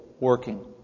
working